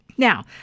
Now